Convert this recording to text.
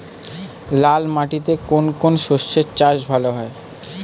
লাল মাটিতে কোন কোন শস্যের চাষ ভালো হয়?